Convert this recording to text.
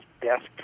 desk